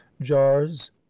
jars